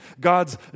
god's